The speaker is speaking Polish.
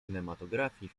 kinematografii